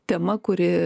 tema kuri